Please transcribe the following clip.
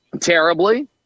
Terribly